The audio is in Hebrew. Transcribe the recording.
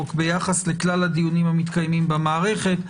ביחס לכלל הדיונים המתקיימים במערכת.